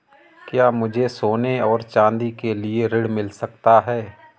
क्या मुझे सोने और चाँदी के लिए ऋण मिल सकता है?